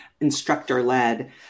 instructor-led